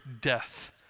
death